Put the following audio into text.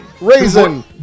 Raisin